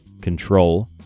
Control